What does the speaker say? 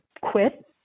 quit